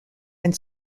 and